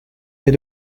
est